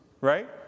right